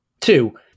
Two